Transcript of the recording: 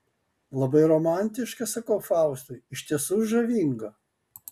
labai romantiška sakau faustui iš tiesų žavinga